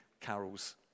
carols